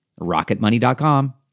rocketmoney.com